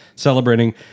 Celebrating